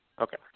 okay